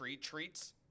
treats –